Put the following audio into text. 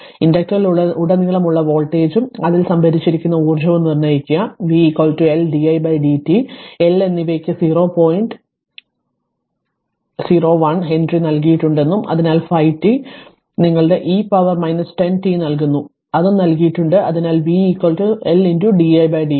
ഇൻഡക്ടറിലുടനീളമുള്ള വോൾട്ടേജും അതിൽ സംഭരിച്ചിരിക്കുന്ന ഊർജ്ജവും നിർണ്ണയിക്കുക v L di dt L എന്നിവയ്ക്ക് 0 പോയിന്റ് 0 1 ഹെൻറി നൽകിയിട്ടുണ്ടെന്നും അതിന് 5 t നിങ്ങളുടെ e പവർ 10 t നൽകുന്നു അത് നൽകിയിട്ടുണ്ട് അതിനാൽ v നിങ്ങളുടെ L d dt